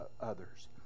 others